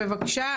בבקשה,